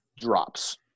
drops